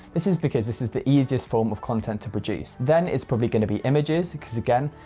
this is because this is the easiest form of content to produce, then it's probably going to be images because again,